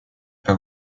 peux